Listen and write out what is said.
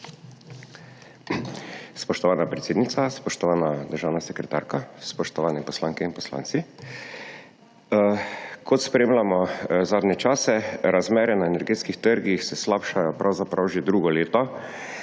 Spoštovana predsednica, spoštovana državna sekretarka, spoštovani poslanke in poslanci! Kot spremljamo zadnje čase razmere na energetskih trgih, se slabšajo pravzaprav že drugo leto,